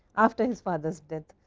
after his father's death,